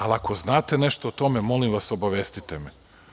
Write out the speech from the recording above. Ako znate nešto o tome, molim vas obavestite me.